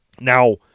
Now